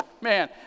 Man